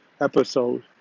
episode